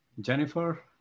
Jennifer